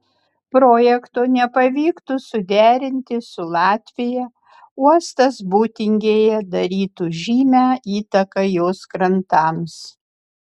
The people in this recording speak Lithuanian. projekto nepavyktų suderinti su latvija uostas būtingėje darytų žymią įtaką jos krantams